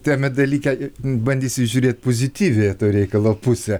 tame dalyke bandysi įžiūrėt pozityvią to reikalo pusę